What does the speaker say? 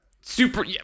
super